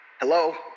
Hello